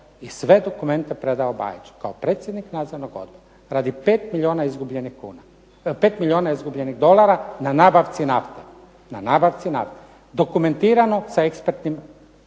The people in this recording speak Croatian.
i sve dokumente predao Bajiću, kao predsjednik nadzornog odbora, radi 5 milijuna izgubljenih dolara na nabavci nafte. Na nabavci nafte. Dokumentirano sa ekspertnim